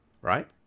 Right